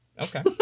Okay